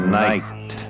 night